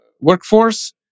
workforce